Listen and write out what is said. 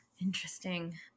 Interesting